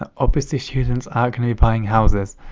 ah obviously, students aren't gonna be buying houses.